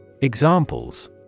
Examples